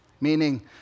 Meaning